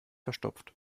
verstopft